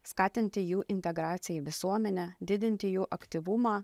skatinti jų integracijai į visuomenę didinti jų aktyvumą